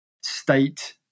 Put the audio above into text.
state